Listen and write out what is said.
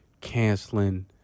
canceling